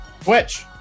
Twitch